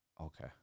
Okay